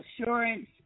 assurance